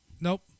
Nope